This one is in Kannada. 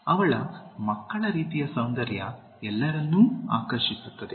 ಅವಳ ಮಕ್ಕಳ ರೀತಿಯ ಸೌಂದರ್ಯ ಎಲ್ಲರನ್ನೂ ಆಕರ್ಷಿಸುತ್ತದೆ